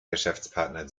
geschäftspartner